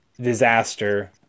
disaster